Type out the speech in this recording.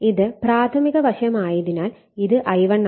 ഇത് പ്രാഥമിക വശമായതിനാൽ ഇത് I1 ആണ്